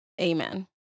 Amen